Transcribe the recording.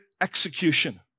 execution